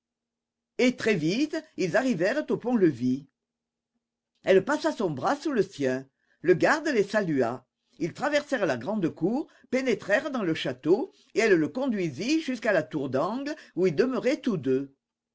et très vite ils arrivèrent au pont-levis elle passa son bras sous le sien le garde les salua ils traversèrent la grande cour pénétrèrent dans le château et elle le conduisit jusqu'à la tour d'angle où ils demeuraient tous deux